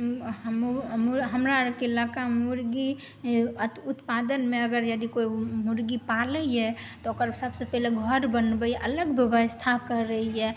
हमरा आओरके इलाकामे मुर्गी उत्पादनमे अगर यदि कोइ मुर्गी पालैए तऽ ओकर सबसँ पहिने घर बनबैए अलग बेबस्था करैए